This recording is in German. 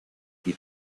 die